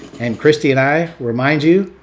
and christie and i remind you,